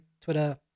twitter